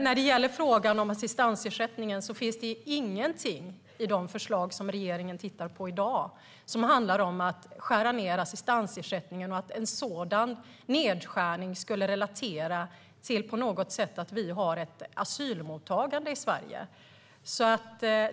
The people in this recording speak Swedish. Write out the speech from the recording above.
När det gäller frågan om assistansersättningen finns det ingenting i de förslag som regeringen tittar på i dag som handlar om att skära ned assistansersättningen och att en sådan nedskärning på något sätt skulle relatera till att vi har ett asylmottagande i Sverige.